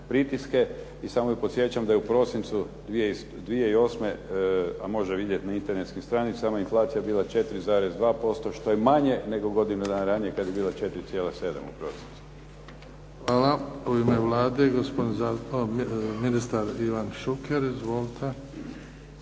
pritiske. I samo podsjećam da je u prosincu 2008., a može vidjet na internetskim stranicama, inflacija bila 4,2% što je manje nego godinu dana ranije kad je bila 4,7 u prosincu. **Bebić, Luka (HDZ)** Hvala. U ime Vlade, ministar Ivan Šuker. Izvolite.